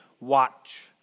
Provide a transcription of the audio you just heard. watch